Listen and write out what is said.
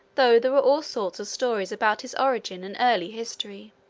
though there were all sorts of stories about his origin and early history.